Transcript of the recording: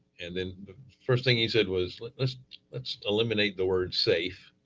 and then the first thing he said was like let's let's eliminate the word safe